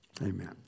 Amen